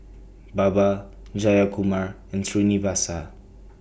Baba Jayakumar and Srinivasa